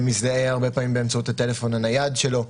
מזדהה הרבה פעמים באמצעות הטלפון הנייד שלו.